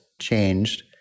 changed